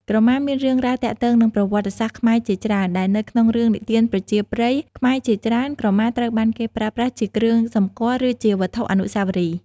ក្រមាមានរឿងរ៉ាវទាក់ទងនឹងប្រវត្តិសាស្ត្រខ្មែរជាច្រើន ដែលនៅក្នុងរឿងនិទានប្រជាប្រិយខ្មែរជាច្រើន ក្រមាត្រូវបានគេប្រើប្រាស់ជាគ្រឿងសម្គាល់ ឬជាវត្ថុអនុស្សាវរីយ៍។